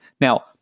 Now